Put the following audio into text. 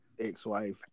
ex-wife